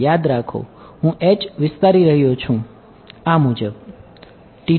યાદ રાખો હું વિસ્તારી રહ્યો છું આ મુજબ